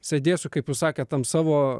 sėdėsiu kaip jūs sakėt tam savo